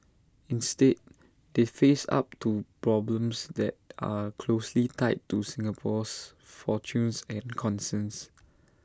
instead they face up to problems that are closely tied to Singapore's fortunes and concerns